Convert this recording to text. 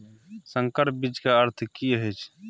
संकर बीज के अर्थ की हैय?